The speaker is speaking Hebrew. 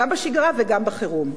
גם בשגרה וגם בחירום.